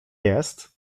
jest